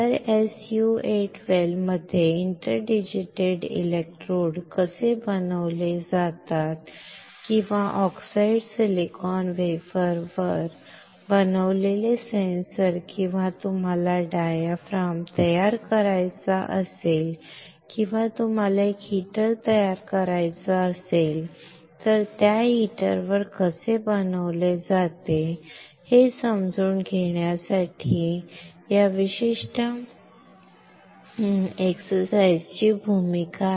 तर SU 8 well मध्ये interdigitated electrodes कसे बनवले जातात किंवा ऑक्सिडाइज्ड सिलिकॉन वेफरवर बनवलेले सेन्सर किंवा तुम्हाला डायाफ्राम तयार करायचा असेल किंवा तुम्हाला एक हीटर तयार करायचा असेल तर त्या हीटरवर कसे बनवले जाते हे समजून घेण्यासाठी या विशिष्ट व्यायामाची भूमिका